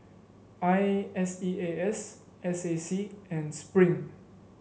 I S E A S S A C and Spring